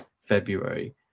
February